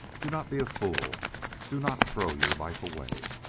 do not be a fool do not throw your life away.